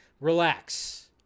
Relax